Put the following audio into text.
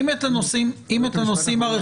אם את הנושאים הרכושיים,